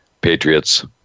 Patriots